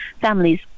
families